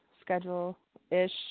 schedule-ish